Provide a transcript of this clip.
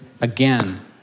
again